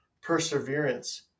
perseverance